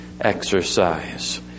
exercise